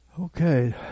Okay